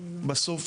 בסוף,